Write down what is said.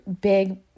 big